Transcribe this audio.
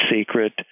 secret